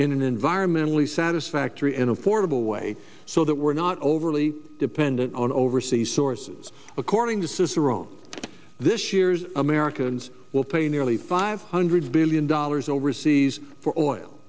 an environmentally satisfactory and affordable way so that we're not overly dependent on overseas sources according to cicerone this year's americans will pay nearly five hundred billion dollars overseas for oil